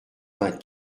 vingt